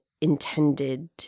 intended